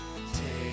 Take